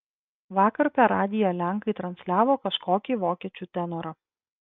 vakar per radiją lenkai transliavo kažkokį vokiečių tenorą